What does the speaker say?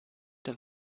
der